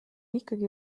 ikkagi